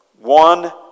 one